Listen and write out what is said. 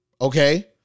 okay